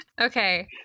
Okay